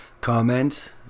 comment